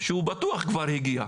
שהוא בטוח כבר הגיע.